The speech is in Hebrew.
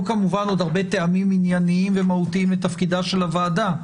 היו כמובן עוד הרבה טעמים ענייניים ומהותיים לתפקידה של הוועדה.